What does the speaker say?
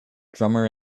drummer